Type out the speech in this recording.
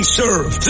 serve